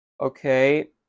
okay